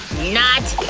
not!